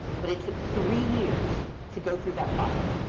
but it took three years to go through that process.